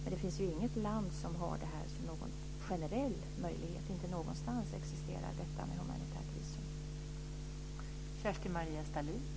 Men det finns inget land som har det här som någon generell möjlighet. Inte någonstans existerar detta med humanitärt visum.